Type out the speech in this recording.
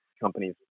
companies